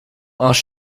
als